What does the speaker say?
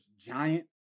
Giant